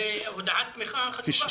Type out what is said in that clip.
זו הודעת תמיכה חשובה...